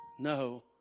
No